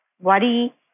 worry